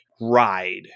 ride